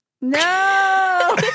No